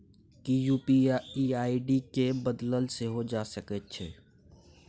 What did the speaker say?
कि UPI ID केँ बदलल सेहो जा सकैत छै?